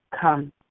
come